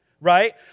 right